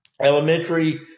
elementary